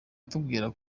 atubwira